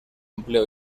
empleo